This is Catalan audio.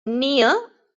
nia